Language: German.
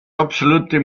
absolute